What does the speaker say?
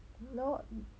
no